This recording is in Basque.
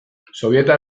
sobietar